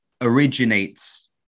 originates